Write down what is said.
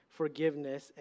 forgiveness